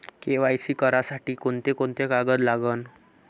KYC करासाठी कोंते कोंते कागद लागन?